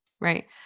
right